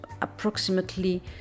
approximately